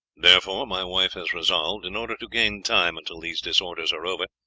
therefore my wife has resolved, in order to gain time until these disorders are over,